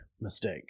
mistake